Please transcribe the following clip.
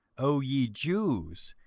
o ye jews,